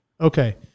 okay